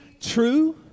true